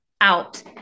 out